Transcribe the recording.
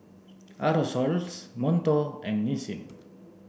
Aerosoles Monto and Nissin